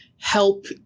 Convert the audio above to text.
help